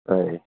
हय